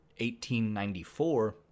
1894